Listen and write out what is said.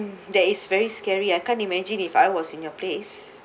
that is very scary I can't imagine if I was in your place